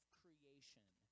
creation